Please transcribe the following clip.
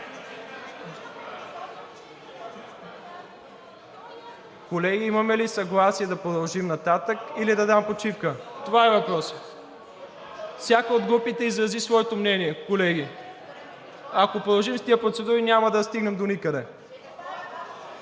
Колеги, имаме ли съгласие да продължим нататък, или да дам почивка, това е въпросът? Всяка от групите изрази своето мнение, колеги. Ако продължим с тези процедури, няма да стигнем доникъде.